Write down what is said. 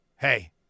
Hey